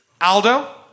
Aldo